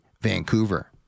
Vancouver